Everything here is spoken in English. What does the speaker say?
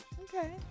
Okay